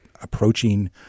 approaching